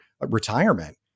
retirement